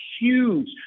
huge